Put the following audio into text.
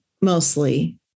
mostly